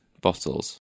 bottles